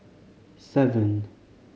seven